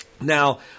Now